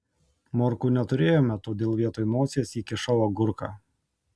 morkų neturėjome todėl vietoj nosies įkišau agurką